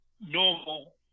normal